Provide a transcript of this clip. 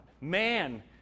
Man